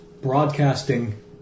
broadcasting